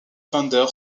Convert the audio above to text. fender